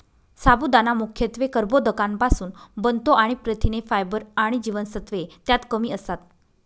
साबुदाणा मुख्यत्वे कर्बोदकांपासुन बनतो आणि प्रथिने, फायबर आणि जीवनसत्त्वे त्यात कमी असतात